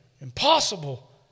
Impossible